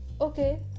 Okay